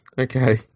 Okay